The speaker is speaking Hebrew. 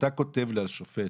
כשאתה כותב לשופט